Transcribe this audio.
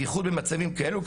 בייחוד במצבים כאלו,